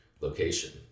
location